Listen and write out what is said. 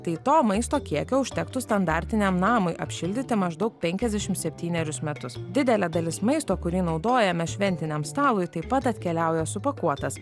tai to maisto kiekio užtektų standartiniam namui apšildyti maždaug penkiasdešim septynerius metus didelė dalis maisto kurį naudojame šventiniam stalui taip pat atkeliauja supakuotas